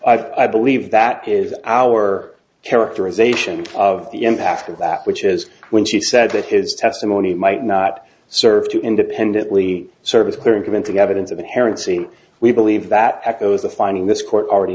s i believe that is our characterization of the impact of that which is when she said that his testimony might not serve to independently serve as clear and convincing evidence of inherent seem we believe that echoes a finding this court already